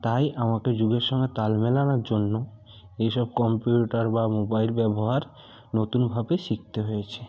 তাই আমাকে যুগের সঙ্গে তাল মেলানোর জন্য এই সব কম্পিউটার বা মোবাইল ব্যবহার নতুনভাবে শিখতে হয়েছে